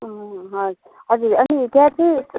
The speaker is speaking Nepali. हस् हजुर अनि त्यहाँ चाहिँ